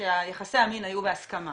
שיחסי המין היו בהסכמה